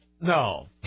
No